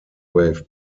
wave